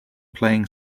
playing